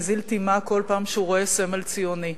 מזיל דמעה כל פעם שהוא רואה סמל ציוני,